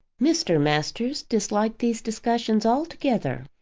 mr. masters disliked these discussions altogether,